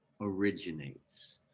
originates